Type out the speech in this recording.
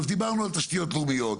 אז דיברנו על תשתיות לאומיות,